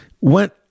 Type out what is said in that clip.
went